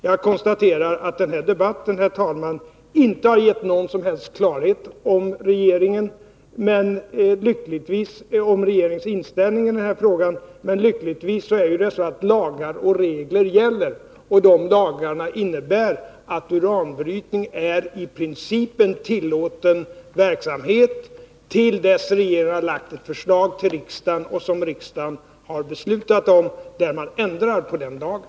Jag konstaterar att denna debatt, herr talman, inte har gett någon som helst klarhet om regeringens ställning i denna fråga. Men lyckligtvis är det så att lagar och regler gäller, och de lagarna innebär att uranbrytning är en i princip tillåten verksamhet till dess att regeringen lagt fram ett förslag till riksdagen om ändring av lagstiftningen och det förslaget har bifallits av riksdagen.